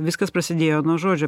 viskas prasidėjo nuo žodžio